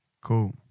Cool